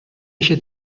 eixe